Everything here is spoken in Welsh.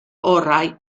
orau